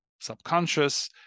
Subconscious